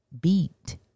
beat